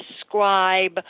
describe